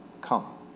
come